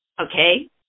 Okay